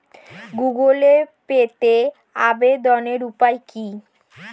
Google পেতে আবেদনের উপায় কি?